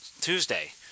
Tuesday